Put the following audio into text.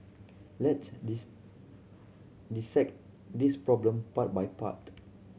let's dis dissect this problem part by part